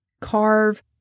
carve